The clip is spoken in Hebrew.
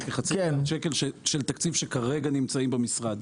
זה כחצי מיליארד שקל של תקציב שכרגע נמצא במשרד.